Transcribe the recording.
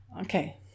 Okay